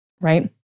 Right